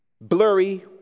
blurry